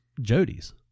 Jody's